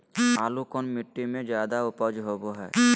आलू कौन मिट्टी में जादा ऊपज होबो हाय?